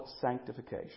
sanctification